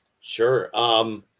sure